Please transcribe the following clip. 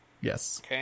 Yes